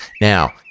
now